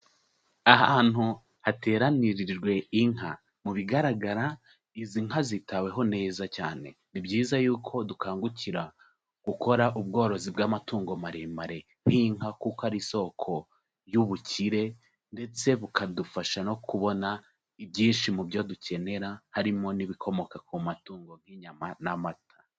Ahantu hateranirirwe inka mu bigaragara, izi nka zitaweho neza cyane, ni byiza yuko dukangukira gukora ubworozi bw'amatungo maremare, nk'inka kuko ari isoko y'ubukire ndetse bukadufasha no kubona ibyinshi mu byo dukenera, harimo n'ibikomoka ku matungo nk'inyama n'amata.